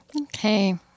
Okay